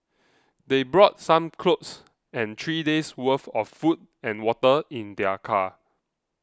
they brought some clothes and three days' worth of food and water in their car